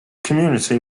community